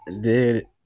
dude